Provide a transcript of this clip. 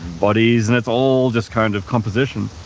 bodies, and it's all just kind of composition.